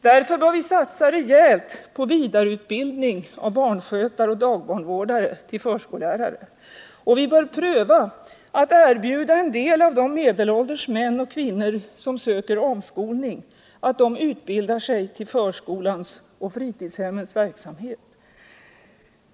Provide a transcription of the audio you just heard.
Därför bör vi satsa rejält på vidareutbildning av barnskötare och dagbarnvårdare till förskollärare. Vi bör också pröva att erbjuda en del av de medelålders män och kvinnor som söker omskolning att utbilda sig för förskolans och fritidshemmens verksamhet.